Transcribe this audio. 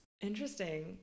Interesting